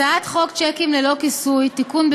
הצעת חוק שיקים ללא כיסוי (תיקון,